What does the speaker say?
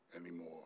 anymore